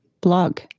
blog